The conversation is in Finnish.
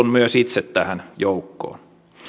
myös itse tähän joukkoon